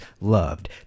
loved